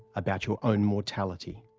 about your own mortality.